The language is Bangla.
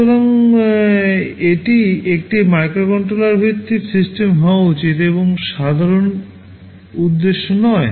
সুতরাং এটি একটি মাইক্রোকন্ট্রোলার ভিত্তিক সিস্টেম হওয়া উচিত এবং সাধারণ উদ্দেশ্য নয়